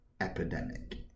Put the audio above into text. epidemic